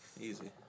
Easy